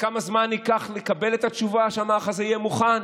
וכמה זמן ייקח לקבל את התשובה שהמערך הזה יהיה מוכן?